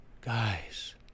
Guys